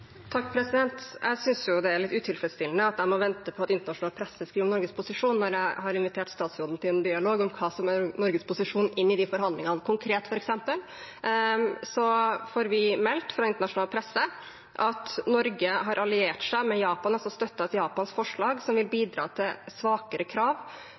Jeg synes jo det er litt utilfredsstillende at jeg må vente på at internasjonal presse skal skrive om Norges posisjon, når jeg har invitert statsråden til en dialog om hva som er Norges posisjon i de forhandlingene. Konkret får vi f.eks. meldt fra internasjonal presse at Norge har alliert seg med Japan, altså støtter Japans forslag, som vil bidra til svakere krav